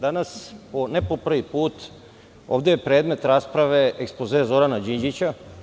Danas, ne po prvi put, ovde je predmet rasprave ekspoze Zorana Đinđića.